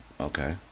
Okay